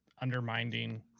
undermining